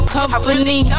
company